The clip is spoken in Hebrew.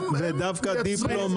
תנו